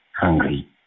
hungry